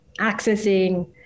accessing